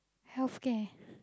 healthcare